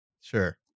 Sure